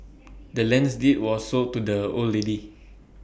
the land's deed was sold to the old lady